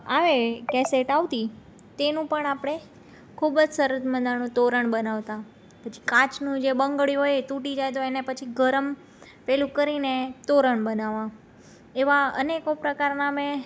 આવે કેસેટ આવતી તેનું પણ આપણે ખૂબ જ સરસ મજાનું તોરણ બનાવતા પછી કાચનું જે બંગળી હોય એ તૂટી જાય તો એને પછી ગરમ પેલું કરીને તોરણ બનાવા એવા અનેકો પ્રકારના મેં